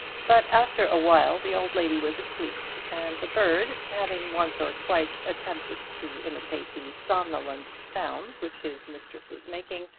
but, after awhile, the old lady was asleep, and the bird, having once or twice attempted to imitate the somnolent sounds which his mistress was making,